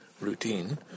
routine